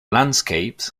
landscapes